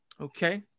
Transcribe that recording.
Okay